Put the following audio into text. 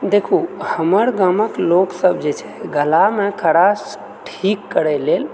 देखू हमर गामक लोक सब जे छै गलामे खराश ठीक करै लेल